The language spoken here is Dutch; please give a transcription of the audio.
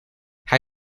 hij